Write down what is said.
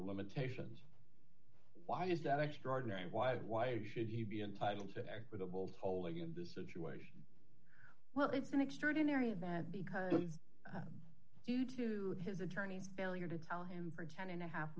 limitations why is that extraordinary and why should he be entitled to equitable hold of the situation well it's an extraordinary event because due to his attorney's failure to tell him for ten and a half